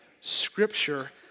Scripture